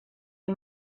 les